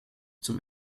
zum